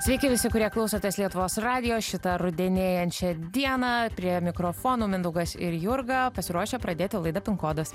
sveiki visi kurie klausotės lietuvos radijo šitą rudenėjančią dieną prie mikrofono mindaugas ir jurga pasiruošę pradėti laidą pin kodas